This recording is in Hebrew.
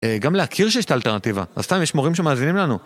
גם להכיר שיש את האלטרנטיבה, אז סתם יש מורים שמאזינים לנו.